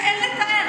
זה אין לתאר.